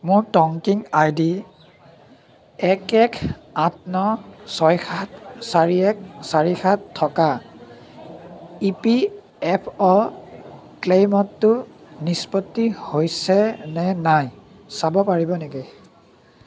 মোৰ tracking I D এক এক আঠ ন ছয় সাত চাৰি এক চাৰি সাত থকা ই পি এফ অ' ক্লেইমটো নিষ্পত্তি হৈছে নে নাই চাব পাৰিব নেকি